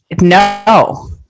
no